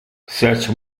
such